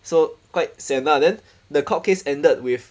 so quite sian lah then the court case ended with